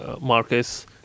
marcus